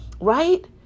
Right